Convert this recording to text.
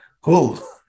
Cool